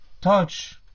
touch